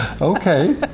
okay